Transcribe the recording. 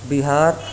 بہار